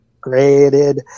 graded